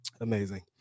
Amazing